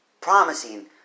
promising